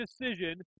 decision